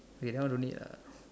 okay now don't need lah